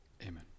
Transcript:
Amen